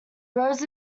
rose